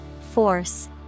Force